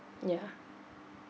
yeah